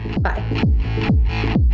bye